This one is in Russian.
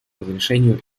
разрешению